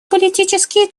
политические